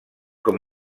com